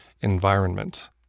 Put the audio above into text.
environment